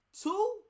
Two